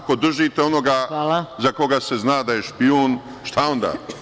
Ako držite onoga za koga se zna da je špijun, šta onda?